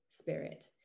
spirit